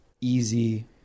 easy